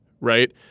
right